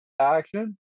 Action